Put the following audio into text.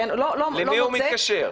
לא מוצא --- למי הוא מתקשר?